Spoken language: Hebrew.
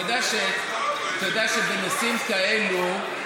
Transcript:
אתה יודע שבנושאים כאלה,